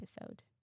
episode